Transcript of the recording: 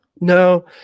No